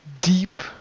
deep